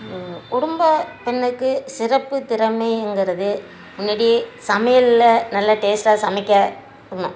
குடும்ப பெண்ணுக்கு சிறப்பு திறமைங்குறது முன்னாடியே சமையல்ல நல்லா டேஸ்ட்டாக சமைக்க ஆமாம்